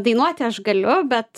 dainuoti aš galiu bet